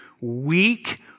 weak